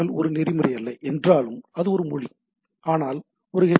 L ஒரு நெறிமுறை அல்ல என்றாலும் அது ஒரு மொழி ஆனால் அது ஹெச்